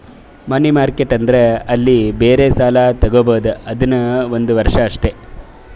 ಮನಿ market ಅಂದುರ್ ಅಲ್ಲಿ ಬರೇ ಸಾಲ ತಾಗೊಬೋದ್ ಅದುನೂ ಒಂದ್ ವರ್ಷ ಅಷ್ಟೇ